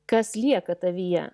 kas lieka tavyje